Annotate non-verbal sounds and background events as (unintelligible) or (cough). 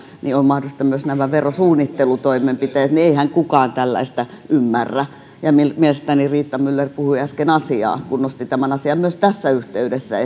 ovat mahdollisia myös nämä verosuunnittelutoimenpiteet eihän kukaan tällaista ymmärrä mielestäni riitta myller puhui äsken asiaa kun hän nosti tämän asian myös tässä yhteydessä (unintelligible)